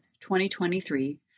2023